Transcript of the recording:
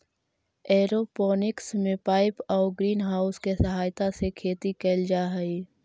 aeroponics में pipe आउ green house के सहायता से खेती कैल जा हइ